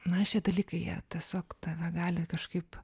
na šie dalykai jie tiesiog tave gali kažkaip